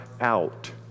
out